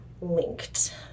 linked